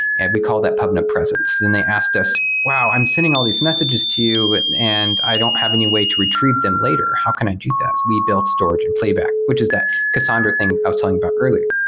and we call that the pubnub presence, and they asked us, wow! i'm sending all these messages to you and i don't have any way to retrieve them later. how can i do this? we built storage and playback, which is that cassandra thing i was telling about earlier.